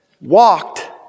Walked